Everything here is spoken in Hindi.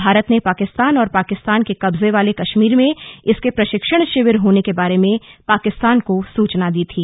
भारत ने पाकिस्तान और पाकिस्तान के कब्जे वाले कश्मीर में इसके प्रशिक्षण शिविर होने के बारे में पाकिस्तान को सूचना दी थी